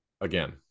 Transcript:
Again